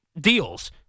deals